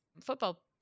football